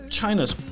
China's